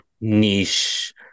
niche